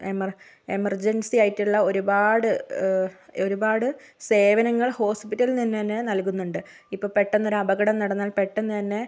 എമേർ emergency ആയിട്ടുള്ള ഒരുപാട് ഒരുപാട് സേവനങ്ങൾ ഹോസ്പിറ്റലിൽ നിന്ന് തന്നെ നൽകുന്നുണ്ട് ഇപ്പോൾ പെട്ടെന്ന് ഒരു അപകടം നടന്നാൽ പെട്ടെന്ന് തന്നെ